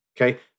okay